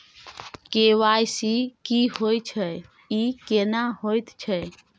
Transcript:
KYC की होय छै, ई केना होयत छै?